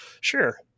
Sure